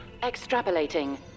Extrapolating